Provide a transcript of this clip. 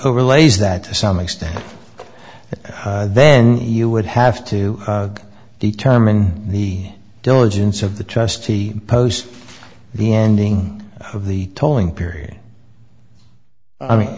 overlays that to some extent then you would have to determine the diligence of the trustee post the ending of the tolling period i mean